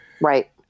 Right